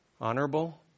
honorable